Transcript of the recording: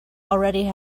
already